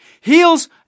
heals